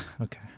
okay